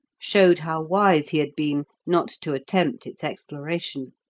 showed how wise he had been not to attempt its exploration.